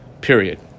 Period